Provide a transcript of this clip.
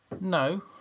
No